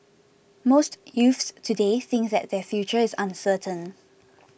most youths today think that their future is uncertain